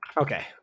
okay